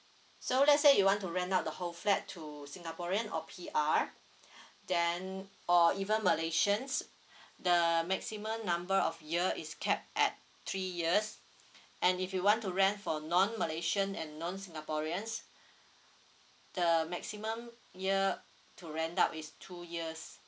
so let's say you want to rent out the whole flat to singaporean or P_R then or even malaysians the maximum number of year is capped at three years and if you want to rent for non malaysian and non singaporeans the maximum year to rent out is two years